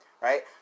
Right